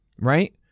right